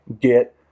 get